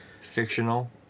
Fictional